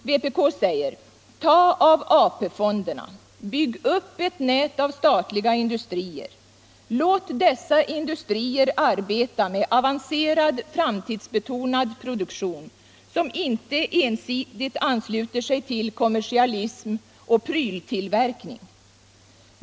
Vpk säger: Ta av AP-fonderna. Bygg upp ett nät av statliga industrier. Låt dessa industrier arbeta med avancerad framtidsbetonad produktion, som inte ensidigt ansluter sig till kommersialism och pryltillverkning.